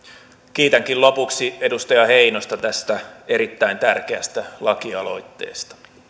kiitänkin lopuksi edustaja heinosta tästä erittäin tärkeästä lakialoitteesta